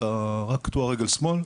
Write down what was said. אתה רק קטוע רגל שמאל?